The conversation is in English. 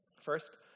First